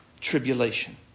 tribulation